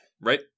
Right